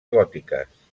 gòtiques